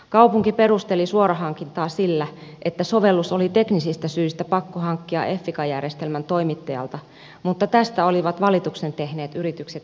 kaupunki perusteli suorahankintaa sillä että sovellus oli teknisistä syistä pakko hankkia effica järjestelmän toimittajalta mutta tästä olivat valituksen tehneet yritykset eri mieltä